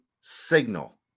signal